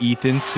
Ethan